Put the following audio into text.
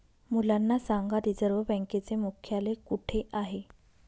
मुलांना सांगा रिझर्व्ह बँकेचे मुख्यालय कुठे आहे